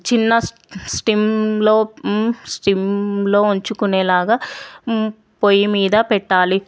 చిన్న సిమ్లో సిమ్లో ఉంచుకొనేలాగ పొయ్యి మీద పెట్టాలి